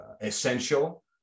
essential